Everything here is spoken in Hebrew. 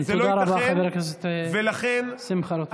תודה רבה, חבר הכנסת שמחה רוטמן.